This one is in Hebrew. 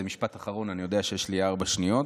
זה משפט אחרון, אני יודע שיש לי ארבע שניות.